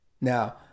Now